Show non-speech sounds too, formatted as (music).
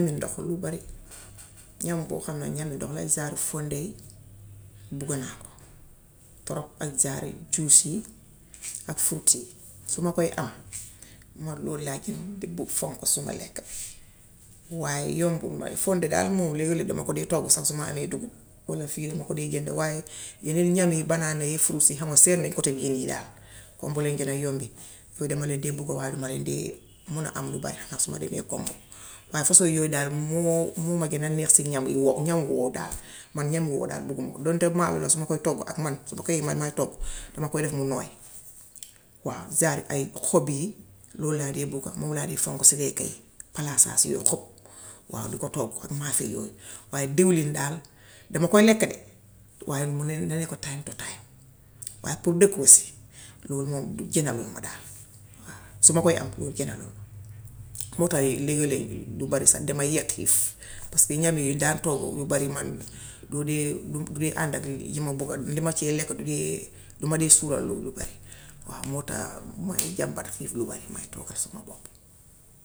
Ndox lu bari, ñam boo xam ne ñam la comme ay genre u fonde bugg naa ko torob ak genre u juice yi ak fruit yi. Su ma kooy am, ma lool laa de ci fonk suma lekka waaye yombut ma. Fonde daal moom leeg-leeg dama ko de toggu sax su ma amee dugub walla fii dam ko dee jënd waaye yeneen ñam yi, banaana yeek fruit yi xam nga seer na kote bii nii daal comme bu leen gën a yombe. Yooyu dama leen dee bugg waaye duma leen dee mun a am lu bare xanaa su ma demee kombo. Waaw façon yooy daal moo moo ma gën a neex si ñam yu wow, ñam wu wow. Man ñam wu wow daal bugguma ko, donte maalo la su ma koy toggu ak, su nekkee maay toggu dama koy def mu nooy waaw genre i ay xob yii. Lool laa dee bugga, moom laa dee fonk si lekka yi palaasaas yooyu xob. Waaw di ko toggu, maafe yooyu waaye dëwlin daal, dama koy lekk de waaye (hesitation) na lekk time to time waaw pour dëkk si. Loolu moom gënaluma daal. Su ma koy am gënaluma. Moo tax leegi-lee yu bari sax damay yëg xiif paska ñam yiñ daa toggu yu bari man du dee (hesitation) du dee ànd ak yi ma bugga. Li ma ciy lekk du dee duma dee suural lu bari. Waaw moo tax may jàmbat xiif lu bari, may toggal suma bopp.